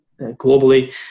globally